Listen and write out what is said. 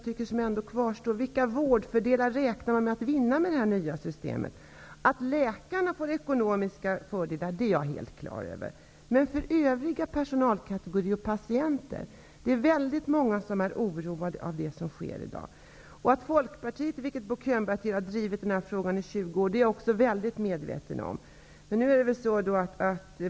Vilka fördelar i vården räknar man med att vinna, med det här nya systemet? Jag är helt på det klara med att läkarna får ekonomiska fördelar. Men hur förhåller det sig när det gäller övriga personalkategorier och patienter? Väldigt många är oroade av det som i dag sker. Jag är också väl medveten om att Folkpartiet drivit den här frågan i 20 år, precis som Bo Könberg sade.